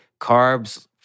carbs